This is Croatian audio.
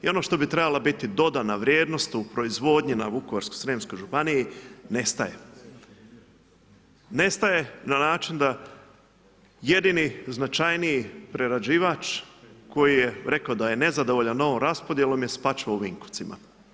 I ono što bi trebala biti dodana vrijednost u proizvodnji na vukovarsko-srijemskoj županiji nestaje, nestaje na način da jedini značajniji prerađivač koji je rekao da je nezadovoljan ovom raspodjelom je Spačva u Vinkovcima.